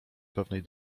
pewnej